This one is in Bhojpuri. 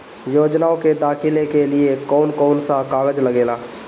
योजनाओ के दाखिले के लिए कौउन कौउन सा कागज लगेला?